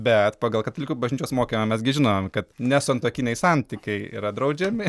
bet pagal katalikų bažnyčios mokymą mes gi žinome kad nesantuokiniai santykiai yra draudžiami